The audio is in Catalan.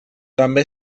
també